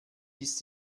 ist